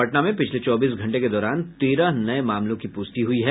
पटना में पिछले चौबीस घंटे के दौरान तेरह नये मामलों की पुष्टि हुई है